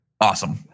Awesome